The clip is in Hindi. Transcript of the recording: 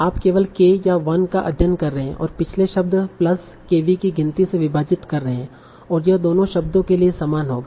आप केवल k या 1 का अध्ययन कर रहे हैं और पिछले शब्द प्लस kV की गिनती से विभाजित कर रहे हैं और यह दोनों शब्दों के लिए समान होगा